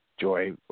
joy